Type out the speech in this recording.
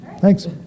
Thanks